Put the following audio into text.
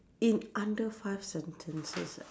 in under five sentences ah